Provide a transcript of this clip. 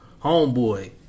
homeboy